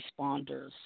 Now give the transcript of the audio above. responders